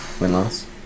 Win-loss